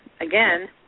again